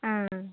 आं